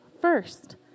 First